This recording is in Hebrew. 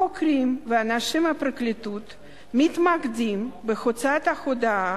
החוקרים ואנשים מהפרקליטות מתמקדים בהוצאת ההודאה